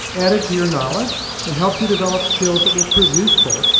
added to your knowledge, and helped you develop skills that will prove useful,